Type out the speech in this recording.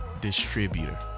distributor